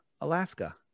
Alaska